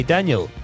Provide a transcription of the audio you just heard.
Daniel